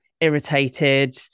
irritated